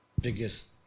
biggest